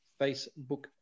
Facebook